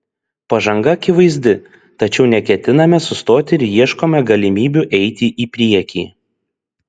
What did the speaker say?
pažanga akivaizdi tačiau neketiname sustoti ir ieškome galimybių eiti į priekį